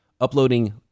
uploading